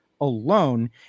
alone